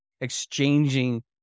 exchanging